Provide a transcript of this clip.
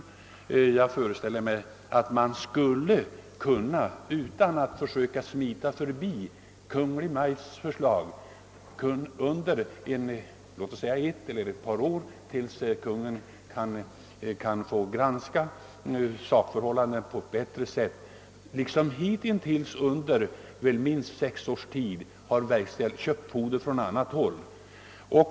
Men man har ju under minst sex års tid köpt foder från annat håll, och jag föreställer mig att man skulle kunna, utan att smita förbi Kungl. Maj:ts förslag, under ytterligare ett eller ett par år göra detta tills Kungl. Maj:t hunnit granska sakförhållandena på ett bättre sätt.